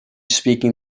speaking